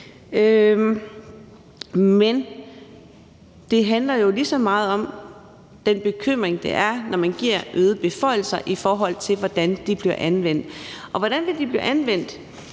Men det handler jo lige så meget om den bekymring, der, når man giver øgede beføjelser, er for, hvordan de bliver anvendt. Og hvordan vil de blive anvendt,